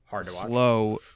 slow